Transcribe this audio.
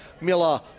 Miller